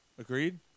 Agreed